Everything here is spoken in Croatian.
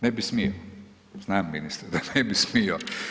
Ne bi smo, znam ministre da ne bi smio.